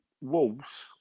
Wolves